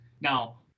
Now